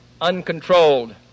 uncontrolled